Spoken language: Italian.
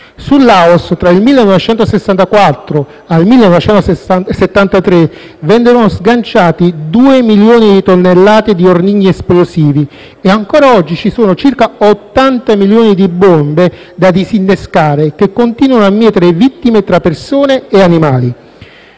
sul Laos tra il 1964 al 1973 vennero sganciati due milioni di tonnellate di ordigni esplosivi e ancora oggi ci sono circa 80 milioni di bombe da disinnescare che continuano a mietere vittime tra persone e animali.